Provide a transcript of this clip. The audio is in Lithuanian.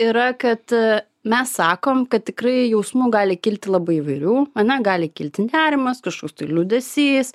yra kad mes sakom kad tikrai jausmų gali kilti labai įvairių ana gali kilti nerimas kažkoks liūdesys